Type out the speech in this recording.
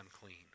unclean